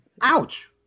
Ouch